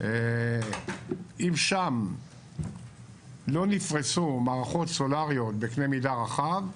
אם שם לא נפרסו מערכות סולאריות בקנה מידה רחב,